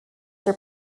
were